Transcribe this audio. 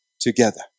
together